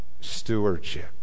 stewardship